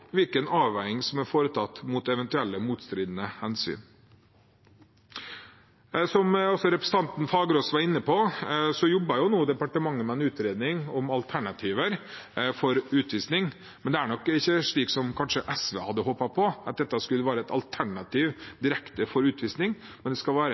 hvilken avveining som er foretatt med hensyn til eventuelle motstridende hensyn. Som også representanten Fagerås var inne på, jobber nå departementet med en utredning om alternativer til utvisning, men det er nok ikke slik som kanskje SV hadde håpet på, at dette skulle være et direkte alternativ til utvisning. Det skal være